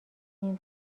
این